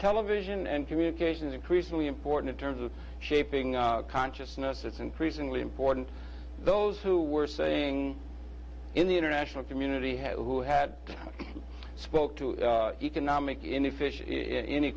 television and communication increasingly important terms of shaping our consciousness that's increasingly important those who were saying in the international community had who had spoke to the economic inefficient